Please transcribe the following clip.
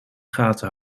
gaten